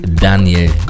Daniel